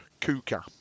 Kuka